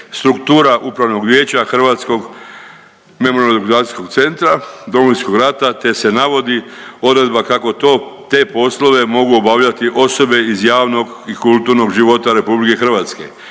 struktura Upravnog vijeća Hrvatskog memorijalno dokumentacijskog centra Domovinskog rata te se navodi odredba kako to te poslove mogu obavljati osobe iz javnog i kulturnog života RH najviše razine